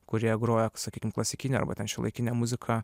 kurie groja sakykim klasikinę arba ten šiuolaikinę muziką